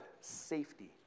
safety